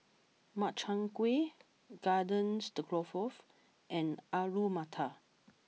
Makchang Gui Garden Stroganoff and Alu Matar